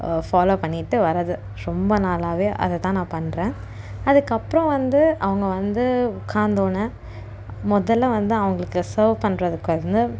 follow பண்ணிட்டு வரது ரொம்ப நாளாகவே அதைதான் நான் பண்ணுறேன் அதுக்கப்புறம் வந்து அவங்க வந்து உட்காந்தோன முதல்ல வந்து அவங்களுக்கு சேர்வ் பண்ணுறதுக்கு வந்து